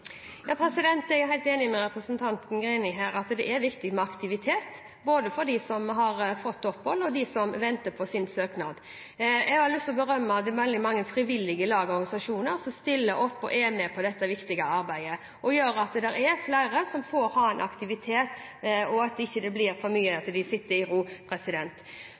Jeg er helt enig med representanten Greni i at det er viktig med aktivitet både for dem som har fått opphold, og for dem som venter på å få behandlet sin søknad. Jeg har lyst til å berømme de veldig mange frivillige lag og organisasjoner som stiller opp og er med på dette viktige arbeidet og gjør at det er flere som får ha en aktivitet og at det ikke blir for mye av at de sitter i ro.